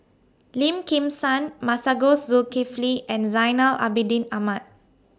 Lim Kim San Masagos Zulkifli and Zainal Abidin Ahmad